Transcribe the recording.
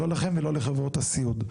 לא לכם ולא לחברות הסיעוד.